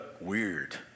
weird